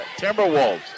Timberwolves